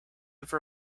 have